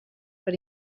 per